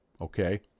okay